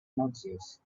noxious